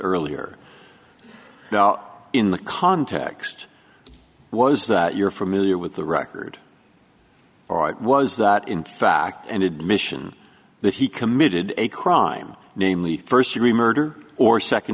earlier now in the context was that you're familiar with the record all right was that in fact an admission that he committed a crime namely first degree murder or second